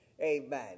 Amen